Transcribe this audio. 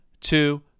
two